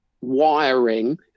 wiring